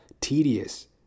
tedious